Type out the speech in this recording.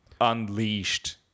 unleashed